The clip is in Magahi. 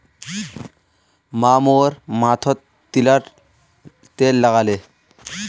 माँ मोर माथोत तिलर तेल लगाले